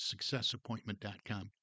successappointment.com